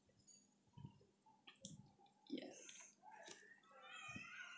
yes